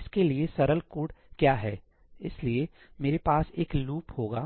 इसके लिए सरल कोड क्या है इसलिए मेरे पास एक लूप होगा